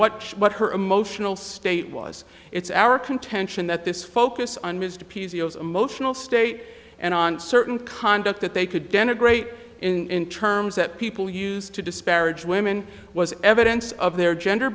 what what her emotional state was it's our content and that this focus on mr p c o s emotional state and on certain conduct that they could denigrate in terms that people used to disparage women was evidence of their gender